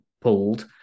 pulled